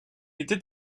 était